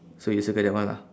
so you circle that one lah